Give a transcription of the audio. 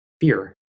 fear